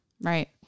Right